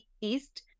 East